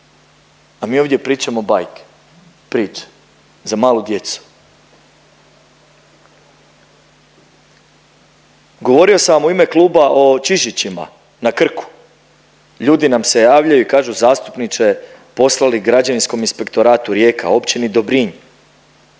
A mi ovdje pričamo bajke, priče za malu djecu. Govorio sam vam u ime kluba o Čižićima na Krku. Ljudi nam se javljaju i kažu zastupniče poslali Građevinskom inspektoratu Rijeka, općini Dobrinj,